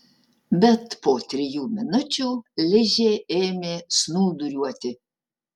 bet po trijų minučių ližė ėmė snūduriuoti